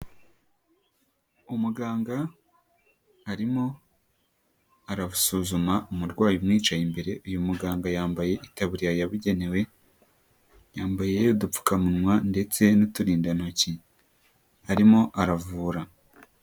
Umuganga arimo arasuzuma umurwayi umwicaye imbere, uyu muganga yambaye itaburiya yabugenewe, yambaye udupfukamunwa ndetse n'uturindantoki. Arimo aravura.